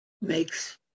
makes